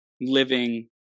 living